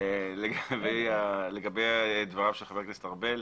לגבי דבריו של חבר הכנסת ארבל,